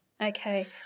Okay